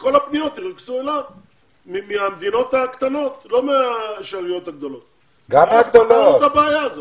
שכל הפניות ירוכזו אליו מהמדינות הקטנות ואז פתרנו את הבעיה הזאת.